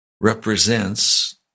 represents